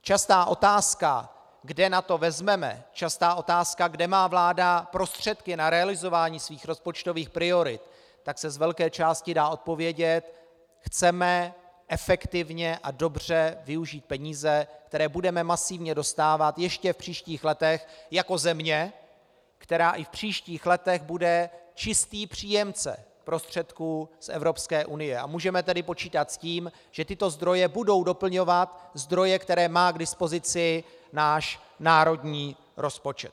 Častá otázka, kde na to vezmeme, častá otázka, kde má vláda prostředky na realizování svých rozpočtových priorit, se z velké části dá zodpovědět chceme efektivně a dobře využít peníze, které budeme masivně dostávat ještě v příští letech jako země, která i v příštích letech bude čistý příjemce prostředků z Evropské unie, a můžeme tedy počítat s tím, že tyto zdroje budou doplňovat zdroje, které má k dispozici náš národní rozpočet.